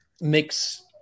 mix